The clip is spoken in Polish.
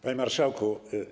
Panie Marszałku!